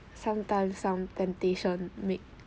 some times some temptation make